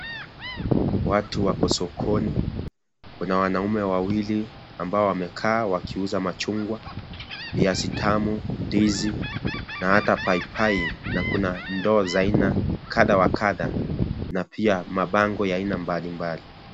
Watu wako sokoni. Kuna wanaume wawili ambao wamekaa wakiuza machungwa, viazi tamu, ndizi na hata paipai. Na kuna ndoo za aina kadha wa kadha na pia mabango ya aina mbali mbali.